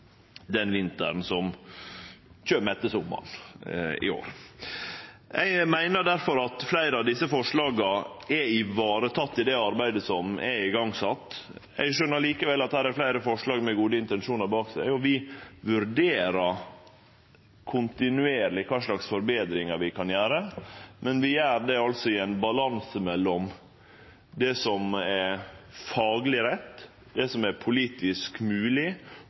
den vinteren som kjem etter sommaren i år. Eg meiner difor at fleire av desse forslaga er varetekne i det arbeidet som er sett i gang. Eg skjøner likevel at her er fleire forslag med gode intensjonar bak seg, og vi vurderer kontinuerleg kva slags forbetringar vi kan gjere, men vi gjer det altså i ein balanse mellom det som er fagleg rett og det som er politisk